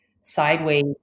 sideways